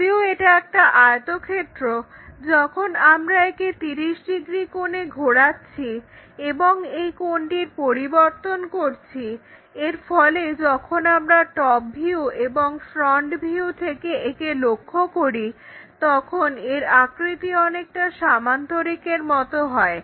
যদিও এটা একটা আয়তক্ষেত্র যখন আমরা একে 30 ডিগ্রি কোণে ঘোরাচ্ছি এবং এই কোণটির পরিবর্তন করছি এর ফলে যখন আমরা টপভিউ এবং ফ্রন্ট ভিউ থেকে একে লক্ষ্য করি তখন এর আকৃতি অনেকটা সামান্তরিকের মত হয়